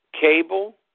cable